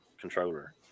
controller